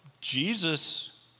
Jesus